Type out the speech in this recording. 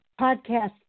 podcast